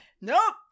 Nope